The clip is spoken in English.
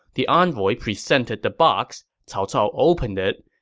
the envoy presented the box. cao cao opened it.